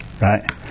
right